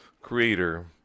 creator